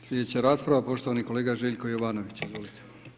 Slijedeća rasprava, poštovani kolega Željko Jovanović, izvolite.